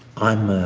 i'm.